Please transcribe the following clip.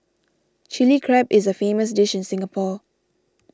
Chilli Crab is a famous dish in Singapore